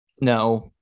no